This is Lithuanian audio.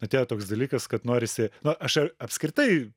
atėjo toks dalykas kad norisi nu aš a apskritai